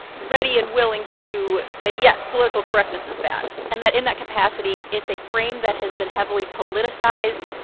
ready and willing to say, yes, political correctness is bad and that in that capacity, it's a frame that has been heavily politicized,